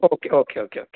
okay okay okay okay